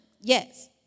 Yes